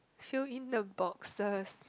fill in the boxes